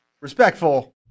respectful